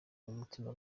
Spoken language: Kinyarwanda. w’umutima